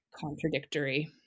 contradictory